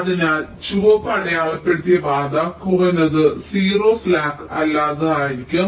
അതിനാൽ ചുവപ്പ് അടയാളപ്പെടുത്തിയ പാത കുറഞ്ഞത് 0 സ്ലാക്ക് അല്ലാത്തതായിരിക്കും